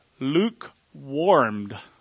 lukewarmed